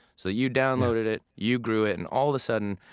so you downloaded it, you grew it, and all the sudden,